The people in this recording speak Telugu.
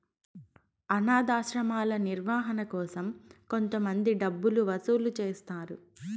అనాధాశ్రమాల నిర్వహణ కోసం కొంతమంది డబ్బులు వసూలు చేస్తారు